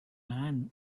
ran